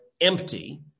empty